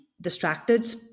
distracted